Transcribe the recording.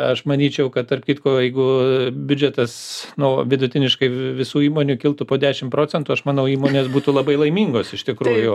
aš manyčiau kad tarp kitko jeigu biudžetas nuo vidutiniškai visų įmonių kiltų po dešim procentų aš manau įmonės būtų labai laimingos iš tikrųjų